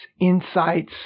insights